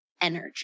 energy